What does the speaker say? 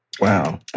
Wow